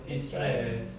he's stressed